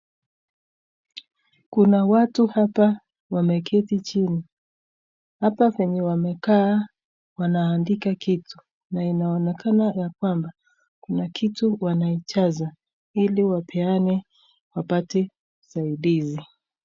Kuna watu hapa wameketi chini , hapa penye wamekaa wanaandika kitu na inaonekana ya kwamba kuna kitu wanaijaza ili wapeane wapate usaidizi.